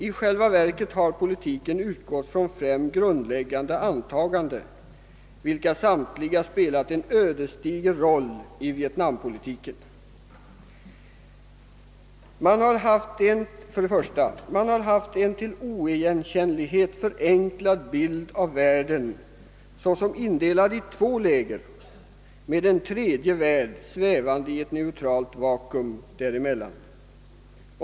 I själva verket har politiken uligått från fem grundläggande antaganden, vilka samtliga spelat en ödesdiger roll i vietnampolitiken. För det första har man haft en till oigenkännlighet förenklad bild av världen såsom indelad i två läger med en tredje värld svävande i ett neutralt vakuum däremellan.